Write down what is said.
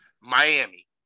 Miami